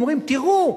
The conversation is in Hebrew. הם אומרים: תראו,